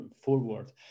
forward